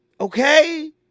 Okay